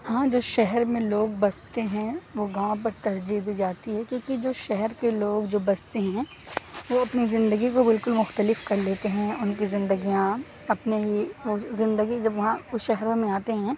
ہاں جو شہر میں لوگ بستے ہیں وہ گاؤں پر ترجیح دی جاتی ہے کیونکہ جو شہر کے لوگ جو بستے ہیں وہ اپنی زندگی کو بالکل مختلف کر لیتے ہیں ان کی زندگیاں اپنے زندگی جب وہاں اس شہروں میں آتے ہیں